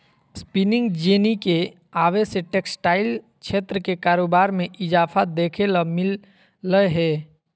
spinning jenny के आवे से टेक्सटाइल क्षेत्र के कारोबार मे इजाफा देखे ल मिल लय हें